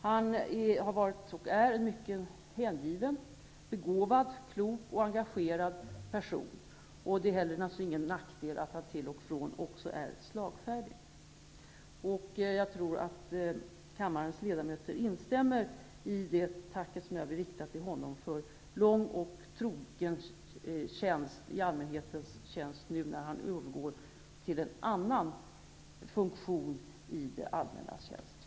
Han har varit och är en mycket hängiven, begåvad, klok och engagerad person, och det är naturligtvis heller ingen nackdel att han till och från också är slagfärdig. Jag tror att kammarens ledamöter instämmer i det tack som jag vill rikta till Jan-Erik Wikström för långt och troget arbete i allmänhetens tjänst nu när han övergår till att tjäna det allmänna i en annan funktion.